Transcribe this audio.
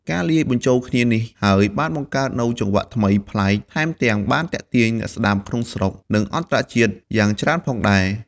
ការលាយបញ្ចូលគ្នានេះហើយបានបង្កើតនូវចង្វាក់ថ្មី ប្លែក ថែមទាំងបានទាក់ទាញ អ្នកស្តាប់ក្នុងស្រុក និងអន្តរជាតិយ៉ាងច្រើនផងដែរ។